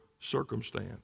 circumstance